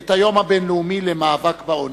את היום הבין-לאומי למאבק בעוני.